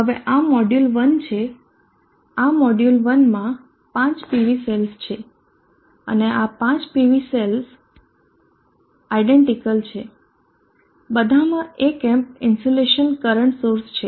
હવે આ મોડ્યુલ 1 છે આ મોડ્યુલ 1 માં પાંચ PV સેલ્સ છે અને આ પાંચ PV સેલ્સ આયડેન્ટીકલ છે બધામાં એક એમ્પ ઇન્સ્યુલેશન કરંટ સોર્સ છે